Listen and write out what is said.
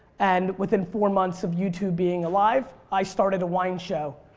and within four months of youtube being alive i started a wine show.